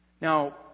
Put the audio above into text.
Now